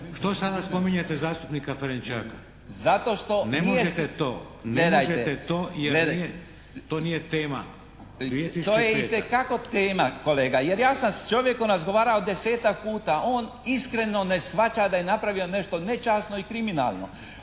možete to jer to nije tema 2005. **Letica, Slaven (Nezavisni)** To je itekako tema kolega, jer ja sam s čovjekom razgovarao desetak puta. On iskreno ne shvaća da je napravio nešto nečasno i kriminalno.